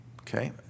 Okay